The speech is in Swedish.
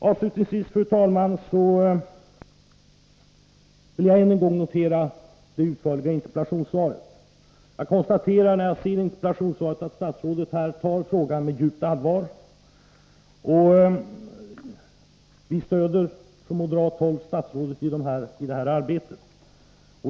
Avslutningsvis, fru talman, vill jag än en gång notera det utförliga interpellationssvaret. Jag konstaterar när jag läser det, att statsrådet tar . frågan på djupt allvar. Från moderat håll stöder vi statsrådet i detta arbete.